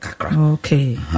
Okay